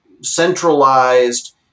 centralized